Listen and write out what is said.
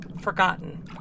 forgotten